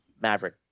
maverick